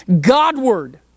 Godward